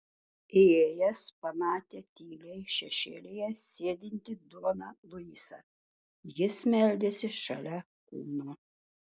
įėjęs pamatė tyliai šešėlyje sėdintį doną luisą jis meldėsi šalia kūno